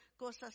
cosas